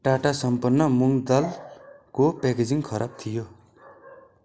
टाटा सम्पन्न मुङ दालको प्याकेजिङ खराब थियो